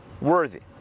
worthy